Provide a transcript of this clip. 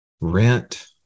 rent